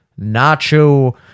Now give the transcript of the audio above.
Nacho